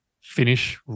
finish